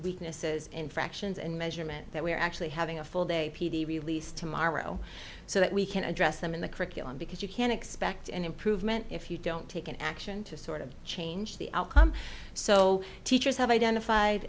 weaknesses in fractions and measurement that we're actually having a full day p d release tomorrow so that we can address them in the curriculum because you can expect an improvement if you don't take an action to sort of change the outcome so teachers have